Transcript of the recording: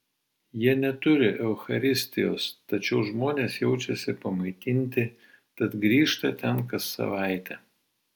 jie neturi eucharistijos tačiau žmonės jaučiasi pamaitinti tad grįžta ten kas savaitę